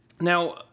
now